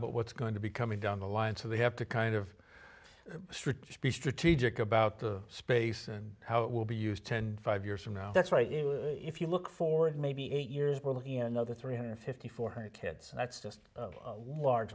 but what's going to be coming down the line so they have to kind of strict speed strategic about the space and how it will be used ten five years from now that's right if you look for it maybe eight years in another three hundred fifty four hundred kids that's just large